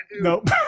Nope